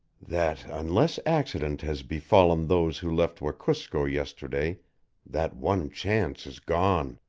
that unless accident has befallen those who left wekusko yesterday that one chance is gone.